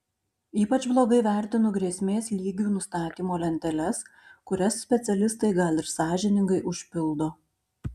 ypač blogai vertinu grėsmės lygių nustatymo lenteles kurias specialistai gal ir sąžiningai užpildo